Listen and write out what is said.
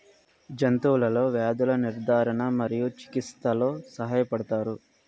జంతువులలో వ్యాధుల నిర్ధారణ మరియు చికిత్చలో సహాయపడుతారు